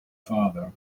farther